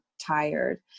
tired